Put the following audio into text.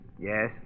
Yes